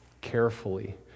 carefully